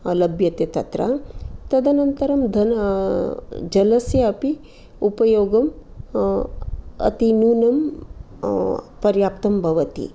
लभ्यते तत्र तदनन्तरं धन जलस्य अपि उपयोगम् अति न्यूनं पर्याप्तं भवति